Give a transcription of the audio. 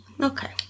Okay